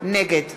נגד